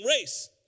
race